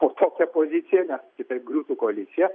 o tokia pozicija nes kitaip griūtų koalicija